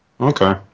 Okay